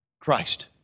Christ